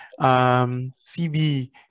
CB